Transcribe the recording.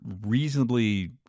reasonably